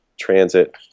transit